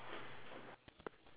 do you want to open the door